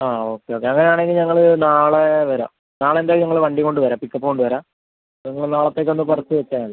ആ ഓക്കെ അങ്ങനെ ആണെങ്കിൽ ഞങ്ങൾ നാളെ വരാം നാളെ എന്തായാലും ഞങ്ങൾ വണ്ടിയും കൊണ്ട് വരാം പിക്കപ്പ് കൊണ്ട് വരാം അത് നിങ്ങൾ നാളത്തേക്ക് ഒന്ന് പറിച്ച് വെച്ചാൽ മതി